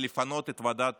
לפנות את ועדת